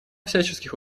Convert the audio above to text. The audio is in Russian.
всяческих